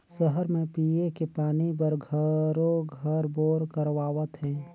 सहर म पिये के पानी बर घरों घर बोर करवावत हें